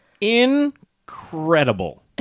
Incredible